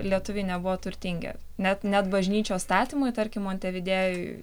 lietuviai nebuvo turtingi net net bažnyčios statymui tarkim montevidėjuj